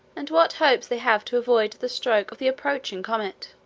and what hopes they have to avoid the stroke of the approaching comet.